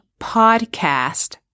podcast